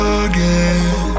again